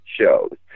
shows